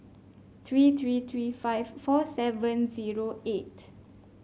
three three three five four seven zero eight